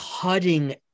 cutting